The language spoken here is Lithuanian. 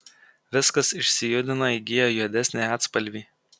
viskas išsijudina įgyja juodesnį atspalvį